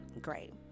great